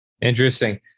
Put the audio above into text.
Interesting